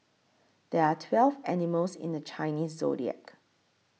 there are twelve animals in the Chinese zodiac